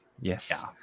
Yes